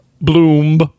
Bloom